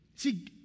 See